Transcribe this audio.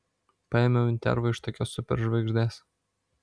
paėmiau intervą iš tokios super žvaigždės